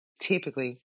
typically